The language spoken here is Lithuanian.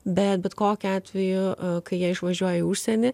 bet bet kokiu atveju kai jie išvažiuoja į užsienį